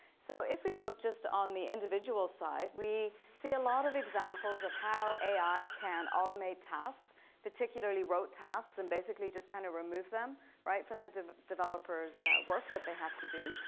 so if we look just on the individual side, we see a lot of examples of how ai can automate tasks particularly rote tasks and basically just kind of remove them from the developer's work that they have to do,